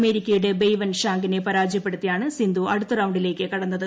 അമേരിക്കയുടെ ബെയ്വെൻ ഷാങ്കിനെ പരാജയപ്പെടുത്തിയാണ് സിന്ധു അടുത്ത റൌണ്ടിലേക്ക് കടന്നത്